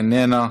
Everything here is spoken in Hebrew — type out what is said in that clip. איננה,